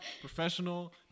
professional